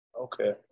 Okay